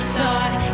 thought